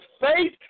faith